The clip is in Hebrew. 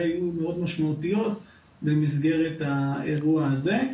יהיו מאוד משמעותיים במסגרת האירוע הזה.